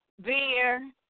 Beer